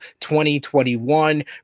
2021